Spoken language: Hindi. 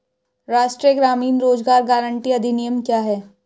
राष्ट्रीय ग्रामीण रोज़गार गारंटी अधिनियम क्या है?